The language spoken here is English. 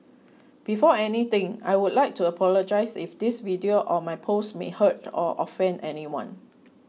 before anything I would like to apologise if this video or my post may hurt or offend anyone